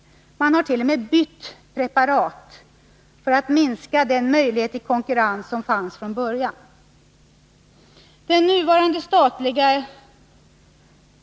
Man hart.o.m. bytt preparat för att minska den möjlighet till konkurrens som fanns från början.